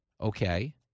okay